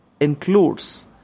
includes